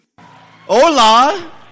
Hola